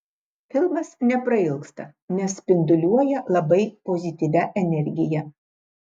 filmas neprailgsta nes spinduliuoja labai pozityvia energija